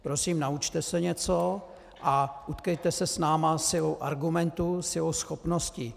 Prosím, naučte se něco a utkejte se s námi silou argumentů, silou schopností.